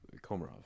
Komarov